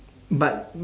but